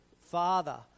Father